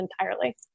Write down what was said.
entirely